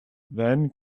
then